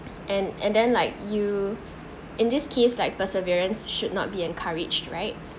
and and then like you in this case like perseverance should not be encouraged right